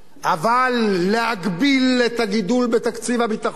אבל להגביל את הגידול בתקציב הביטחון,